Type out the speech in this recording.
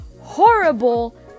horrible